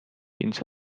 into